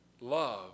Love